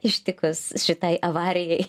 ištikus šitai avarijai